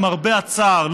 למרבה הצער,